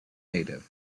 native